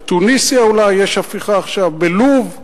בתוניסיה אולי יש הפיכה עכשיו, בלוב,